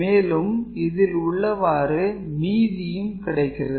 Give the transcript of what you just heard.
மேலும் இதில் உள்ளவாறு மீதியும் கிடைகிறது